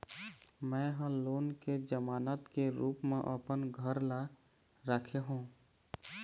में ह लोन के जमानत के रूप म अपन घर ला राखे हों